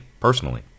personally